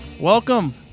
welcome